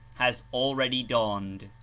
has already dawned.